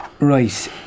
Right